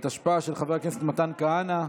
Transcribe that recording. התשפ"א 2020, של חבר הכנסת מתן כהנא.